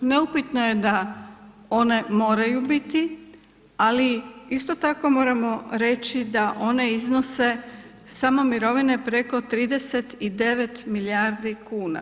Neupitno je da one moraju biti, ali isto tako moramo reći da one iznose samo mirovine preko 39 milijardi kuna.